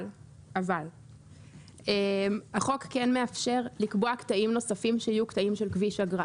אבל החוק כן מאפשר לקבוע קטעים נוספים שיהיו קטעים של כביש אגרה.